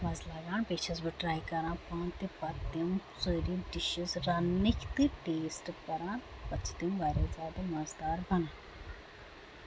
لگان بیٚیہِ چھَس بہٕ ٹراے کران پانہٕ تہِ پَتہٕ تِم سٲری ڈِشِز رَننٕکۍ تہٕ ٹیسٹ کران پَتہٕ چھِ تٔمۍ واریاہ زیادٕ مَزٕدرا بَنان